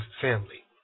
family